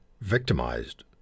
victimized